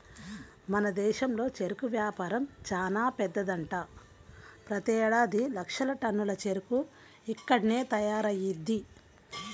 మన దేశంలో చెరుకు వ్యాపారం చానా పెద్దదంట, ప్రతేడాది లక్షల టన్నుల చెరుకు ఇక్కడ్నే తయారయ్యిద్ది